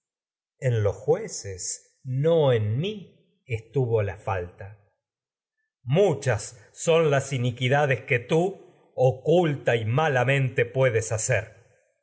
en los jueces no en mí estuvo la falta soíi teucro muchas las iniquidades que tii oculta y malamente puedes hacer